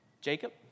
Jacob